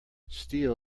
steel